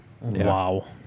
wow